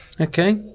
okay